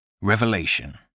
Revelation